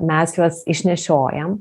mes juos išnešiojam